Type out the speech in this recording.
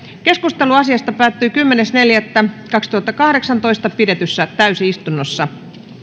keskustelu asiasta päättyi kymmenes neljättä kaksituhattakahdeksantoista pidetyssä täysistunnossa